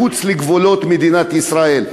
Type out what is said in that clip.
מחוץ לגבולות מדינת ישראל,